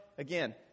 Again